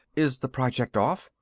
is the project off?